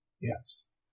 Yes